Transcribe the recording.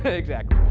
ah exactly.